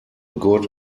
good